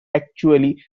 actually